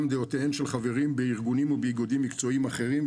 דעותיהם של חברים בארגונים ובאיגודים מקצועיים אחרים,